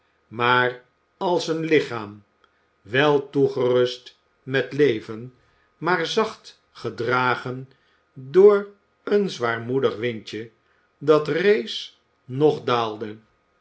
maar als een lichaam wel toegerust met leven maar zacht gedragen door een zwaarmoedig windje dat rees noch daalde